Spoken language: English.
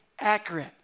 accurate